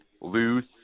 loose